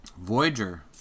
Voyager